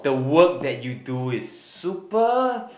the work that you do is super